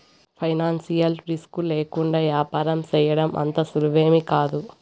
financial risk లేకుండా యాపారం సేయడం అంత సులువేమీకాదు